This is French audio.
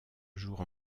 jours